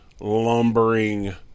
lumbering